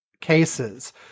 cases